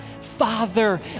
Father